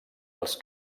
els